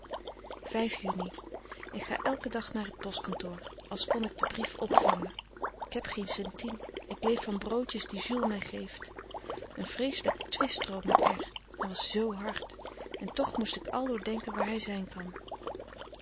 juni ik ga elken dag naar t postkantoor als kon ik den brief opvangen ik heb geen centime ik leef van broodjes die jules mij geeft een vreeselijke twist droom met r hij was zoo hard en toch moet ik aldoor denken waar hij zijn kan